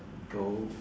go